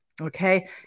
Okay